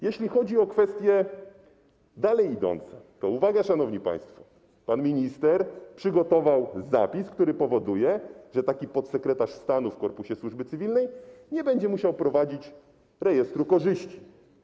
Jeśli chodzi o kolejne kwestie to, uwaga, szanowni państwo, pan minister przygotował zapis, który powoduje, że podsekretarz stanu w korpusie służby cywilnej nie będzie musiał prowadzić rejestru korzyści.